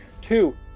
Two